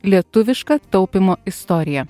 lietuviška taupymo istorija